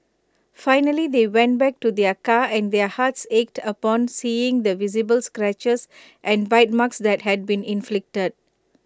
finally they went back to their car and their hearts ached upon seeing the visible scratches and bite marks that had been inflicted